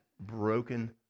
broken